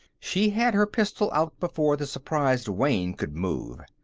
she had her pistol out before the surprised wayne could move.